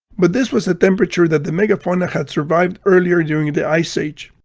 but this was a temperature that the megafauna had survived earlier during the ice age.